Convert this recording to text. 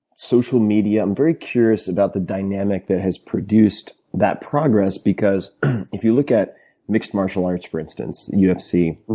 social media? i'm very curious about the dynamic that has produced that progress because if you look at mixed martial arts for instance, ufc.